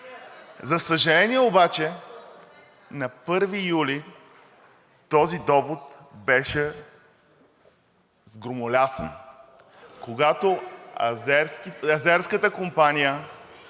За съжаление обаче, на 1 юли този довод беше сгромолясан, когато азерската компания